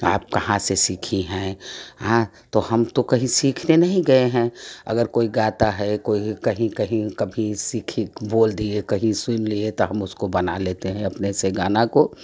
आप कहाँ से सीखी हैं तो हम तो कहीं सीखने नहीं गए हैँ अगर कोई गाता है कहीं कहीं कभी सीखी बोल दिए कहीं सुन लिए तो हम उसको बना लेते हैँ अपने से गाना को